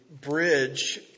bridge